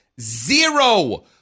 zero